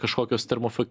kažkokios termof